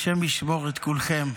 השם ישמור את כולכם.